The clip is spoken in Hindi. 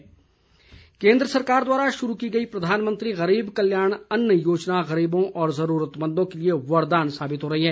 पीएम कल्याण योजना केन्द्र सरकार द्वारा शुरू की गई प्रधानमंत्री गरीब कल्याण अन्न योजना गरीबों व जरूरतमंदों के लिए वरदान साबित हो रही है